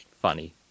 funny